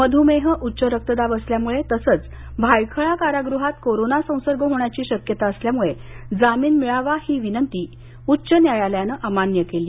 मधुमेह उच्च रक्तदाब असल्यामुळे तसंच भायखळा कारागृहात कोरोना संसर्ग होण्याची शक्यता असल्यामुळे जामीन मिळावा ही विनंती उच्च न्यायालयानं अमान्य केली